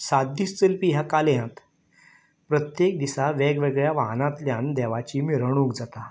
सात दीस चलपी ह्या काल्यांत प्रत्येक दिसा वेगवेगळ्या वाठारांतल्यान देवाची मिरवणुक जाता